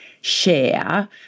share